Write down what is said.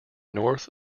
north